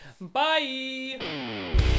bye